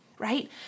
Right